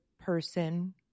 person